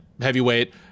heavyweight